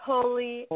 Holy